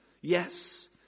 Yes